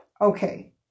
Okay